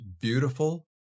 beautiful